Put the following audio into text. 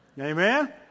Amen